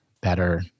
better